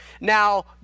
now